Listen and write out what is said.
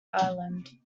island